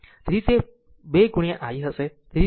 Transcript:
તેથી તે 2 i હશે